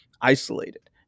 isolated